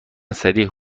سریع